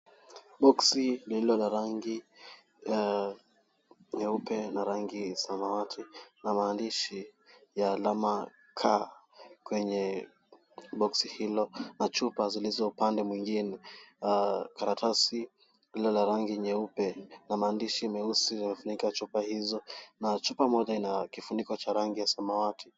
Boxi lilio na rangi yeupe na rangi ya samawati, na amndishi ya alama k kwenye boxi hilo, na chupa zilizo upande mwengine karatasi ilio na rangi nyeupe na mandishi meusi yaliyo funika chupa hizo na chupa Moja Ina kifuniko Cha rangi ya samawati.